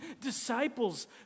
disciples